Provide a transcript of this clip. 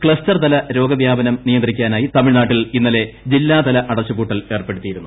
cluster തല രോഗവ്യാപനം നിയന്ത്രിക്കാനായി തമിഴ്നാട്ടിൽ ഇന്നലെ ജില്ലാതല അടച്ചുപൂട്ടൽ ഏർപ്പെടുത്തിയിരുന്നു